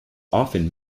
often